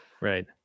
right